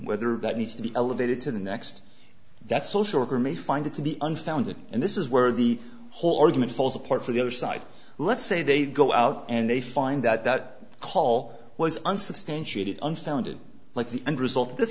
whether that needs to be elevated to the next that social worker may find it to be unfounded and this is where the whole argument falls apart for the other side let's say they go out and they find out that call was unsubstantiated unfounded like the end result of this